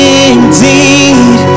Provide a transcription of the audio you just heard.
indeed